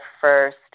first